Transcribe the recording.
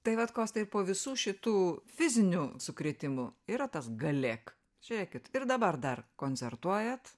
tai vat kostai ir po visų šitų fizinių sukrėtimų yra tas galėk žiūrėkit ir dabar dar koncertuojat